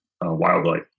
wildlife